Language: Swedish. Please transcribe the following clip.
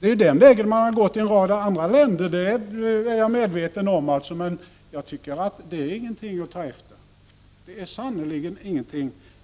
Det är ju den vägen man har gått i en rad andra länder — det är jag medveten om, men jag tycker inte att det är något att ta efter. Nej, det är sannerligen